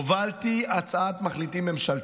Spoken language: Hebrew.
הובלתי הצעת מחליטים ממשלתית,